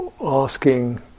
asking